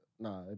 Nah